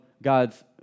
God's